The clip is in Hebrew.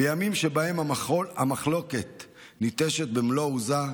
בימים שבהם המחלוקת ניטשת במלוא עוזה,